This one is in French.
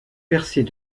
percées